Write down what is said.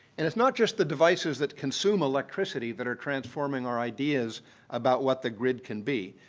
and it's not just the devices that consume electricity that are transforming our ideas about what the grid can be.